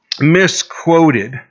misquoted